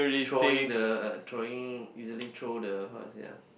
throwing the throwing easily throw the how to say ah